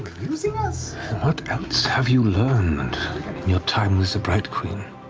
using us what else have you learned in your time with the bright queen?